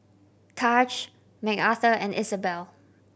Tahj Mcarthur and Isabell